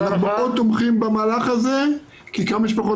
אנחנו מאוד תומכים במהלך הזה כי כמה שפחות